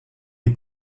die